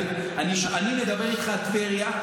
אני מדבר איתך על טבריה,